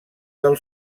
del